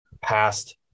past